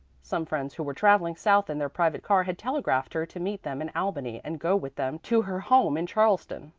some friends who were traveling south in their private car had telegraphed her to meet them in albany and go with them to her home in charleston.